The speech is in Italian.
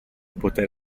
poter